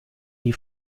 die